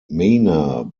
mana